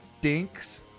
dinks